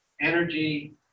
energy